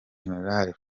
gen